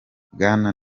bwana